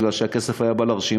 מפני שהכסף היה בא לרשימה.